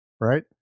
right